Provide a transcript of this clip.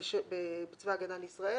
בצבא הגנה לישראל,